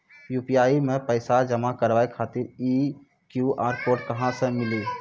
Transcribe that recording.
UPI मे पैसा जमा कारवावे खातिर ई क्यू.आर कोड कहां से मिली?